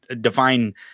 define